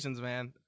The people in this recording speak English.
man